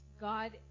God